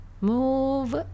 move